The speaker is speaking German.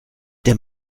der